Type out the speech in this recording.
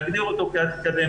להגדיר אותו כאקדמי.